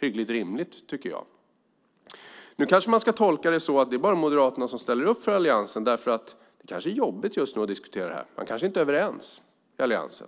Hyggligt rimligt, tycker jag. Man kan tolka det så att det bara är Moderaterna som ställer upp för Alliansen därför att det kanske är jobbigt att diskutera det här. Man kanske inte är överens i Alliansen.